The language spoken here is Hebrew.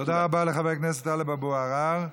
תודה רבה לחבר הכנסת טלב אבו עראר.